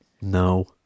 no